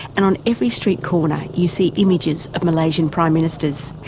and on every street corner you see images of malaysian prime ministers.